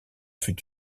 fut